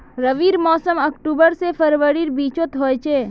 रविर मोसम अक्टूबर से फरवरीर बिचोत होचे